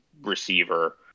receiver